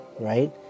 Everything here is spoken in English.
right